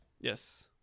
Yes